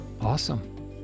awesome